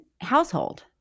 Household